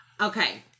Okay